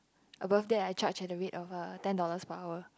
a birthday I charge at the rate of uh ten dollars per hour